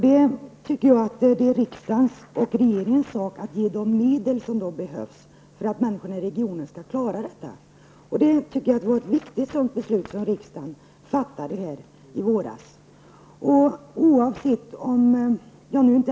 Det är riksdagens och regeringens sak att ge de medel som behövs för att människorna i regionen skall klara detta. Det beslut som riksdagen fattade i våras på den punkten var viktigt.